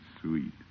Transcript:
Sweet